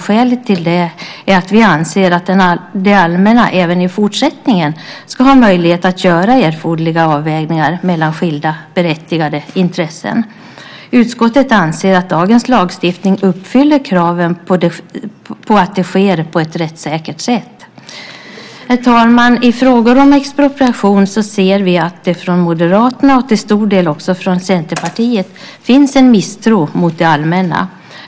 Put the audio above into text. Skälet till det är att vi anser att det allmänna även i fortsättningen ska ha möjlighet att göra erforderliga avvägningar mellan skilda berättigade intressen. Utskottet anser att dagens lagstiftning uppfyller kraven på att det sker på ett rättssäkert sätt. Herr talman! I frågor om expropriation ser vi att det från Moderaterna och till stor del också från Centerpartiet finns en misstro mot det allmänna.